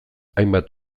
hainbat